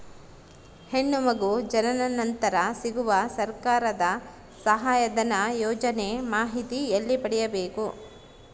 ಹೆಣ್ಣು ಮಗು ಜನನ ನಂತರ ಸಿಗುವ ಸರ್ಕಾರದ ಸಹಾಯಧನ ಯೋಜನೆ ಮಾಹಿತಿ ಎಲ್ಲಿ ಪಡೆಯಬೇಕು?